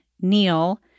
Neil